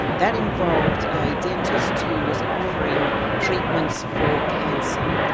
that involved a dentist who was offering treatments for cancer.